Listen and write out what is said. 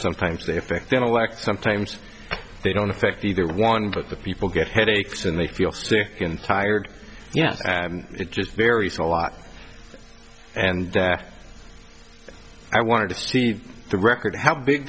sometimes they affect intellect sometimes they don't affect either one but the people get headaches and they feel sick and tired yet it just varies a lot and i wanted to see the record how big